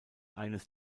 eines